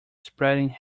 spreading